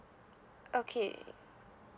okay